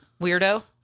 Weirdo